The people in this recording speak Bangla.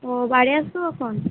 ও বাড়ি আসবে কখন